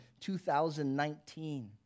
2019